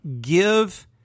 give